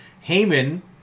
Haman